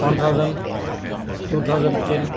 one thousand two thousand ten